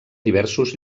diversos